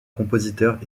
compositeur